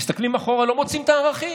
הם מסתכלים אחורה, לא מוצאים את הערכים.